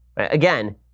Again